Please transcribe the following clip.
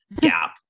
Gap